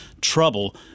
trouble